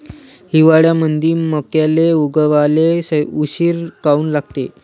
हिवाळ्यामंदी मक्याले उगवाले उशीर काऊन लागते?